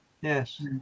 yes